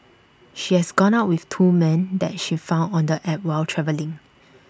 she has gone out with two men that she found on the app while travelling